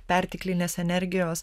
perteklinės energijos